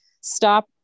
stop